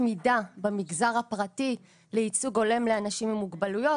מידה במגזר הפרטי לייצוג הולם לאנשים עם מוגבלויות.